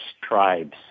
tribes